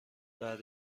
بعد